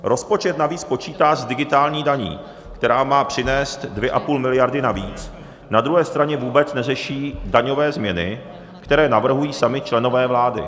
Rozpočet navíc počítá s digitální daní, která má přinést 2,5 mld. navíc, na druhé straně vůbec neřeší daňové změny, které navrhují sami členové vlády.